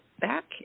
back